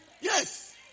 Yes